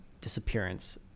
disappearance